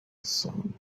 son